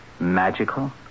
Magical